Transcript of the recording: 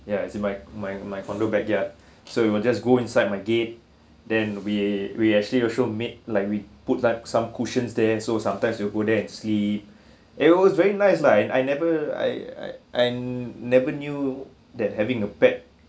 ya as in my my my condo backyard so it will just go inside my gate then we we actually also make like we put like some cushions there so sometimes you go there and sleep it was very nice lah and I never I I I never knew that having a pet